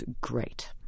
great